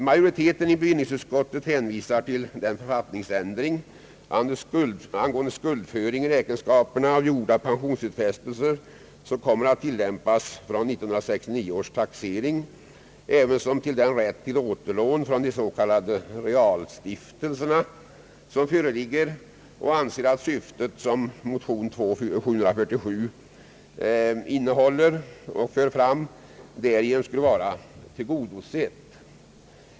Majoriteten i bevillningsutskottet hänvisar till den författningsändring angående skuldföring i räkenskaperna av gjorda pensionsutfästelser, som kommer att tillämpas från 1969 års taxering, ävensom till den rätt till återlån från de s. k, realstiftelserna, som föreligger, och anser att det syfte som motion 747 innehåller därigenom skulle vara tillgodosett.